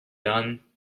done